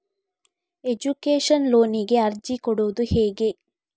Education ಲೋನಿಗೆ ಅರ್ಜಿ ಕೊಡೂದು ಹೇಗೆ?